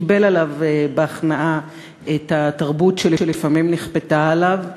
קיבל עליו בהכנעה את התרבות שלפעמים נכפתה עליו.